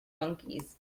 monkeys